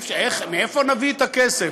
מאיפה נביא את הכסף?